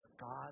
God